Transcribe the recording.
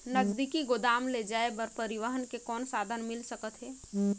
नजदीकी गोदाम ले जाय बर परिवहन के कौन साधन मिल सकथे?